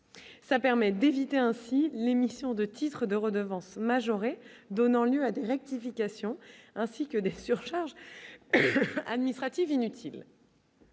ça permet d'éviter ainsi l'émission de titres de redevances majorées donnant lieu à des rectifications, ainsi que des surcharges administratives inutiles.